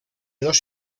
dos